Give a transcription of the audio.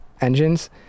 engines